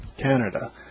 Canada